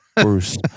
Bruce